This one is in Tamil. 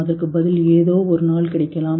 நாம் வெளியே கொண்டு வரக்கூடிய ஒரு நாள் இருக்கலாம்